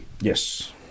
Yes